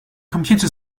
computer